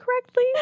correctly